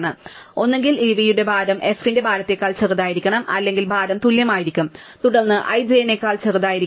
അതിനാൽ ഒന്നുകിൽ ഇയുടെ ഭാരം f ന്റെ ഭാരത്തേക്കാൾ ചെറുതായിരിക്കണം അല്ലെങ്കിൽ ഭാരം തുല്യമായിരിക്കും തുടർന്ന് i j നേക്കാൾ ചെറുതായിരിക്കണം